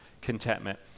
contentment